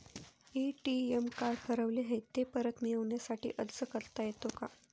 ATM card हरवले आहे, ते परत मिळण्यासाठी अर्ज करता येतो का?